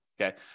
okay